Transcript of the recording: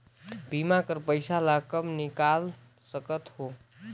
बीमा कर पइसा ला कब निकाल सकत हो?